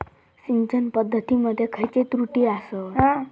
सिंचन पद्धती मध्ये खयचे त्रुटी आसत?